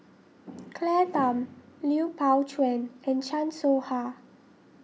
Claire Tham Lui Pao Chuen and Chan Soh Ha